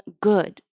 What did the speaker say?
good